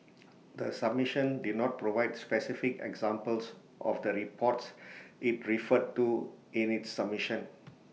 the submission did not provide specific examples of the reports IT referred to in its submission